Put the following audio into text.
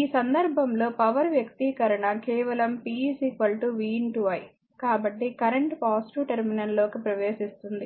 ఈ సందర్భంలో పవర్ వ్యక్తీకరణ కేవలం p v i కాబట్టి కరెంట్ పాజిటివ్ టెర్మినల్ లోకి ప్రవేశిస్తుంది